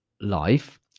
life